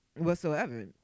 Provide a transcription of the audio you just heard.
Whatsoever